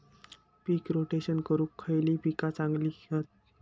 पीक rotation करूक खयली पीका चांगली हत?